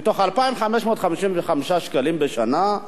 מתוך 2,555 שקלים בשנה,